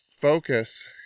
focus